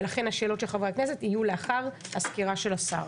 לכן השאלות של חברי הכנסת יהיו לאחר הסקירה של השר.